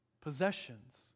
Possessions